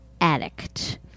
addict